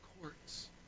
courts